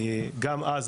גם אז,